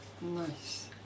Nice